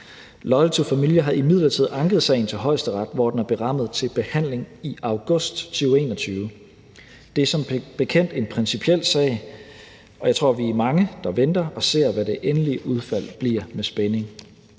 Loyal To Familia har imidlertid anket sagen til Højesteret, hvor den er berammet til behandling i august 2021. Det er som bekendt en principiel sag, og jeg tror, vi er mange, der med spænding venter og ser, hvad det endelige resultat bliver. Der er